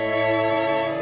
and